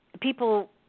people